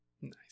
Nice